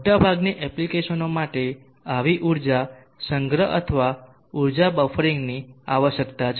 મોટાભાગની એપ્લિકેશનો માટે આવી ઊર્જા સંગ્રહ અથવા ઊર્જા બફરિંગની આવશ્યકતા છે